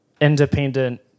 independent